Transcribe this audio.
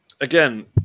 Again